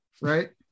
right